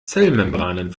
zellmembranen